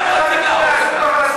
אתם רוצים להרוג אותם.